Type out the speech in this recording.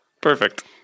Perfect